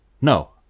No